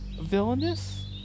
villainous